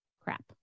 crap